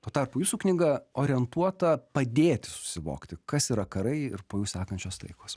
tuo tarpu jūsų knyga orientuota padėti susivokti kas yra karai ir po jų sekančios taikos